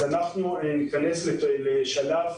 כך ניכנס לשלב